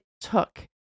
took